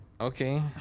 Okay